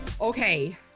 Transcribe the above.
Okay